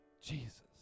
Jesus